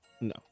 No